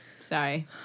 Sorry